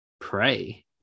pray